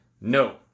No